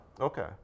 Okay